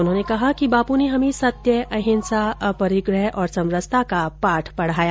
उन्होंने कहा कि बापू ने हमें सत्य अहिंसा अपरिग्रह और समरसता का पाठ पढाया